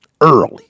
Early